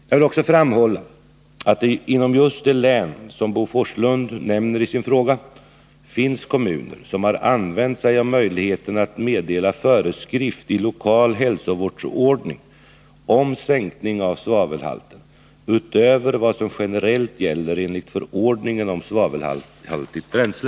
Jag vill också framhålla att det inom just det län som Bo Forslund nämner i sin fråga finns kommuner som har använt sig av möjligheten att meddela föreskrift i lokal hälsovårdsförordning om sänkning av svavelhalten utöver vad som generellt gäller enligt förordningen om svavelhaltigt bränsle.